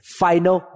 final